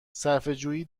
صرفهجویی